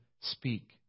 speak